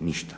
ništa.